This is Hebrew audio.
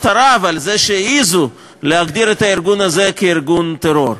ערב על זה שהעזו להגדיר את הארגון הזה כארגון טרור.